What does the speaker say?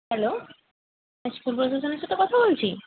hello miss সাথে কথা বলছি